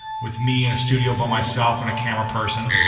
with me in a studio by myself and a camera person.